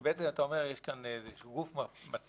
אתה בעצם אומר שיש כאן גוף מטה,